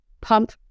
pump